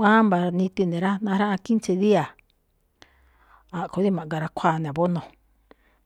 Wámba̱ niti ne̱ rá, najráꞌáan 15 día a̱ꞌkhue̱ rí ma̱ꞌgarakhuáa ne̱ abono.